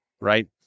right